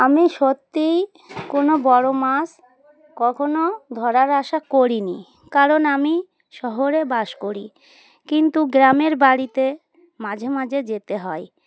আমি সত্যিই কোনো বড়ো মাছ কখনও ধরার আশা করিনি কারণ আমি শহরে বাস করি কিন্তু গ্রামের বাড়িতে মাঝে মাঝে যেতে হয়